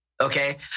Okay